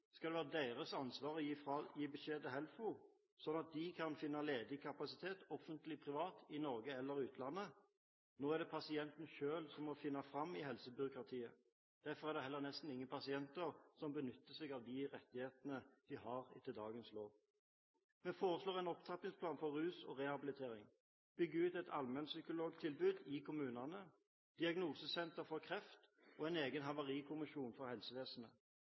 skal det være deres ansvar å gi beskjed til Helfo, slik at de kan finne ledig kapasitet – offentlig eller privat – i Norge eller i utlandet. Nå er det pasienten selv som må finne fram i helsebyråkratiet. Derfor er det heller nesten ingen pasienter som benytter seg av de rettighetene de har etter dagens lov. Vi foreslår en opptrappingsplan for rus og rehabilitering, utbygging av et allmennpsykologtilbud i kommunene, diagnosesenter for kreft og en egen havarikommisjon for helsevesenet.